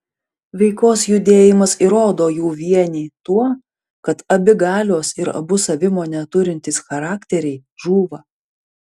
veikos judėjimas įrodo jų vienį tuo kad abi galios ir abu savimonę turintys charakteriai žūva